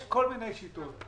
יש כל מיני שיטות.